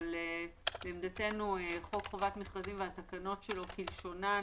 אבל לעמדתנו חוק חובת מכרזים והתקנות מכוחו כלשונם